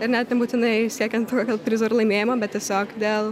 ir net nebūtinai siekiant tokio prizo ir laimėjimą bet tiesiog dėl